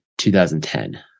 2010